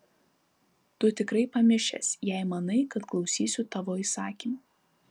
tu tikrai pamišęs jei manai kad klausysiu tavo įsakymų